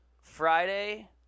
Friday